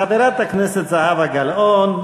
חברת הכנסת זהבה גלאון,